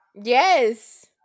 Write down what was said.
Yes